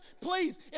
please